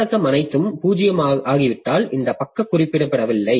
உள்ளடக்கம் அனைத்தும் 0 ஆகிவிட்டால் இந்த பக்கம் குறிப்பிடப்படவில்லை